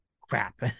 crap